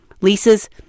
Lisa's